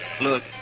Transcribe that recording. Look